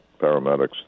paramedics